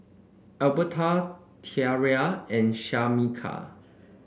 Albertha Tierra and Shamika